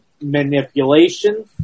manipulation